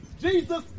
Jesus